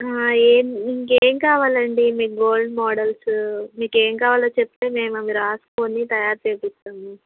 ఏం ఇంకా ఏమి కావాలండి మీకు గోల్డ్ మోడల్స్ మీకు ఏమి కావాలో చెప్తే మేము అవి రాసుకొని తయారు చేయిస్తాము